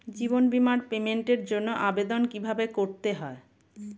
জীবন বীমার পেমেন্টের জন্য আবেদন কিভাবে করতে হয়?